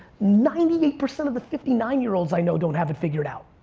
ninety eight percent of the fifty nine year olds i know don't have it figured out.